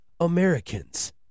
Americans